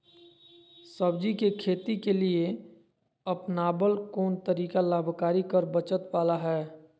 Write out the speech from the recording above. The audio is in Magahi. सब्जी के खेती के लिए अपनाबल कोन तरीका लाभकारी कर बचत बाला है?